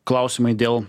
klausimai dėl